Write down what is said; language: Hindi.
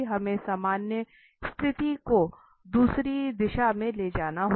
हमें सामान्य स्थिति को दूसरी दिशा में ले जाना होगा